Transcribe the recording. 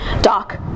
doc